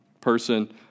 person